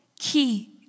key